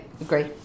agree